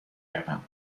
روم